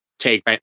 take